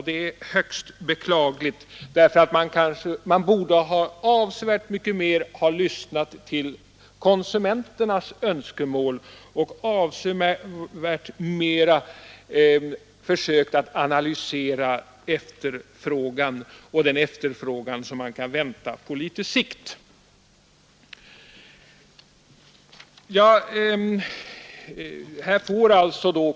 Det är högst beklagligt, för man borde avsevärt mycket mer ha lyssnat till konsumenternas önskemål och analyserat både den aktuella efterfrågan och den efterfrågan som man kan vänta på litet sikt.